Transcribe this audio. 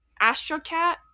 Astrocat